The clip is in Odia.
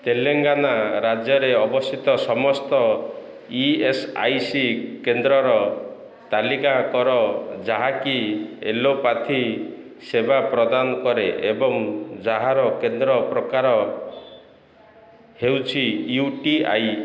ତେଲେଙ୍ଗାନା ରାଜ୍ୟରେ ଅବସ୍ଥିତ ସମସ୍ତ ଇ ଏସ୍ ଆଇ ସି କେନ୍ଦ୍ରର ତାଲିକା କର ଯାହାକି ଏଲୋପାଥି ସେବା ପ୍ରଦାନ କରେ ଏବଂ ଯାହାର କେନ୍ଦ୍ର ପ୍ରକାର ହେଉଛି ୟୁ ଟି ଆଇ